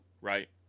right